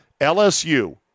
LSU